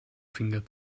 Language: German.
finger